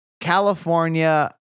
California